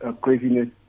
craziness